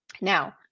Now